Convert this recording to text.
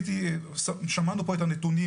שמענו פה את הנתונים,